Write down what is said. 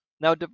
now